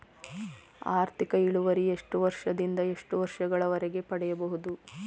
ಆರ್ಥಿಕ ಇಳುವರಿ ಎಷ್ಟು ವರ್ಷ ದಿಂದ ಎಷ್ಟು ವರ್ಷ ಗಳವರೆಗೆ ಪಡೆಯಬಹುದು?